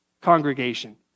congregation